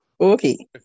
Okay